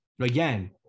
again